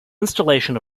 installation